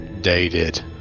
dated